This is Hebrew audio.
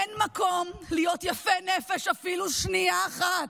אין מקום להיות יפי נפש אפילו שנייה אחת.